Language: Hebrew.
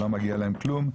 לא מגיע להם כלום.